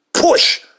push